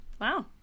Wow